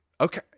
Okay